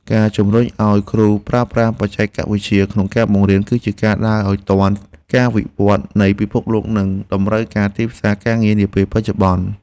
ការជំរុញឱ្យគ្រូប្រើប្រាស់បច្ចេកវិទ្យាក្នុងការបង្រៀន គឺជាការដើរឱ្យទាន់ការវិវត្តនៃពិភពលោក និងតម្រូវការទីផ្សារការងារនាពេលបច្ចុប្បន្ន។